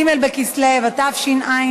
ג' בכסלו התשע"ה,